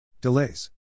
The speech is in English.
Delays